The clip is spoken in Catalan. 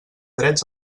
drets